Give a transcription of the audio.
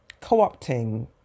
co-opting